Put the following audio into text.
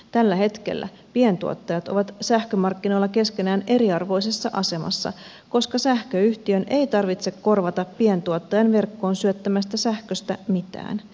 tällä hetkellä pientuottajat ovat sähkömarkkinoilla keskenään eriarvoisessa asemassa koska sähköyhtiön ei tarvitse korvata pientuottajan verkkoon syöttämästä sähköstä mitään